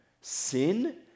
sin